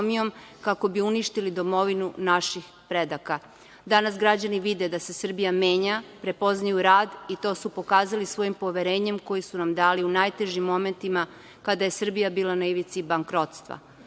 kako bi uništili domovinu naših predaka. Danas građani vide da se Srbija menja, prepoznaju rad i to su pokazali svojim poverenjem koje su nam dali u najtežim momentima, kada je Srbija bila na ivici bankrotstva.